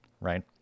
right